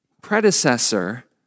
predecessor